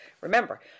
Remember